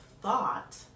thought